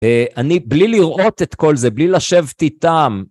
אני בלי לראות את כל זה, בלי לשבת איתם...